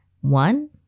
One